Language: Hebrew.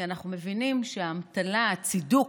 כי אנחנו מבינים שהאמתלה, הצידוק,